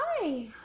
Hi